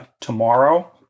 tomorrow